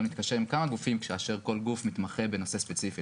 להתקשר עם כמה גופים כאשר כל גוף מתמחה בנושא ספציפי?